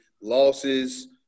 losses